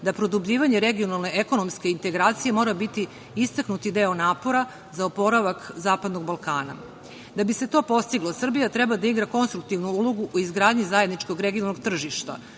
da produbljivanje regionalne ekonomske integracije mora biti istaknuti deo napora za oporavak Zapadnog Balkana. Da bi se to postiglo, Srbija treba da igra konstruktivnu ulogu u izgradnji zajedničkog regionalnog tržišta,